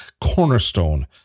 cornerstone